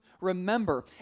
remember